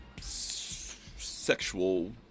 sexual